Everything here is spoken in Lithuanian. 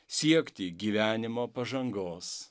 siekti gyvenimo pažangos